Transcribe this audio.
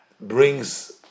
brings